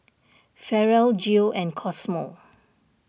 Farrell Geo and Cosmo